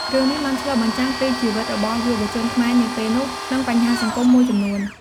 រឿងនេះបានឆ្លុះបញ្ចាំងពីជីវិតរបស់យុវជនខ្មែរនាពេលនោះ និងបញ្ហាសង្គមមួយចំនួន។